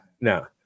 No